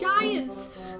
Giants